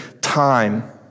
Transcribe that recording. time